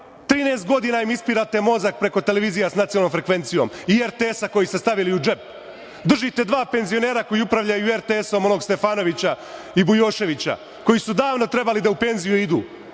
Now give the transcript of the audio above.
godina im ispirate mozak preko televizija sa nacionalnom frekvencijom i RTS koji ste stavili u džep. Držite dva penzionera koji upravljaju RTS, onog Stefanovića i Bujoševića, koji su davno trebali da u penziju idu,